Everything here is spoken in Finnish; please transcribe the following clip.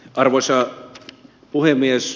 arvoisa puhemies